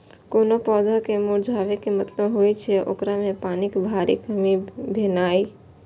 कोनो पौधा के मुरझाबै के मतलब होइ छै, ओकरा मे पानिक भारी कमी भेनाइ